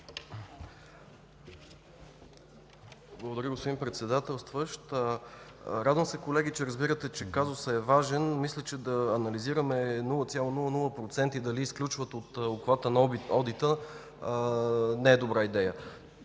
Благодаря, господин Председател. Радвам се, колеги, че разбирате, че казусът е важен. Мисля, че да анализираме 0,00% дали изключват от обхвата на одита, не е добра идея.